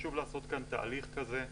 חשוב לעשות כאן תהליך כזה,